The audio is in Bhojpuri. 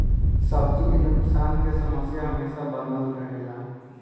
सब्जी के नुकसान के समस्या हमेशा बनल रहेला